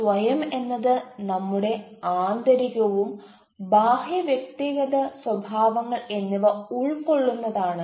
സ്വയം എന്നത് നമ്മുടെ ആന്തരികവും ബാഹ്യ വ്യക്തിഗത സ്വഭാവങ്ങൾ എന്നിവ ഉൾക്കൊള്ളുന്നതാണ്